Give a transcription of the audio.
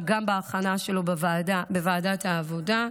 אבל גם בהכנה שלו בוועדת העבודה,